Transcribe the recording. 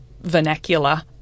vernacular